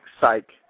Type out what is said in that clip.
psych